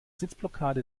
sitzblockade